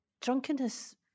drunkenness